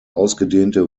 ausgedehnte